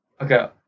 Okay